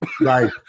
Right